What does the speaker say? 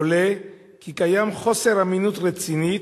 עולה כי קיים חוסר אמינות רציני,